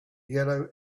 yellow